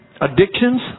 Addictions